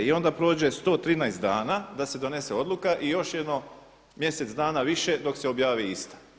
I onda prođe 113 dana da se donese odluka i još jedno mjesec dana više dok se objavi ista.